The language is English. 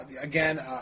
again